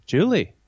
Julie